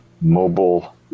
mobile